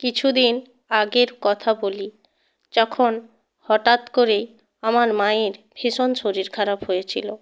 কিছু দিন আগের কথা বলি যখন হটাৎ করেই আমার মায়ের ভীষণ শরীর খারাপ হয়েছিলো